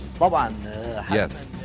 Yes